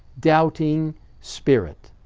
doubting spirit.